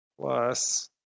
plus